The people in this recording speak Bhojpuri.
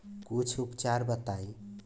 कुछ उपचार बताई?